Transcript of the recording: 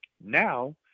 Now